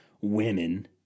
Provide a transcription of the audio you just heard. women